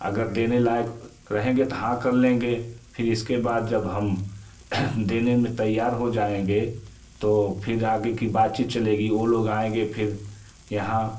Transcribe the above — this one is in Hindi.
अगर देने लायक रहेंगे तो हाँ कर लेंगे फिर इसके बाद जब हम देने में तैयार हो जाएँगे तो फिर आगे की बातचीत चलेगी वो लोग आएँगे फिर यहाँ